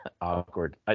Awkward